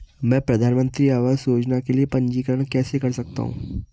मैं प्रधानमंत्री आवास योजना के लिए पंजीकरण कैसे कर सकता हूं?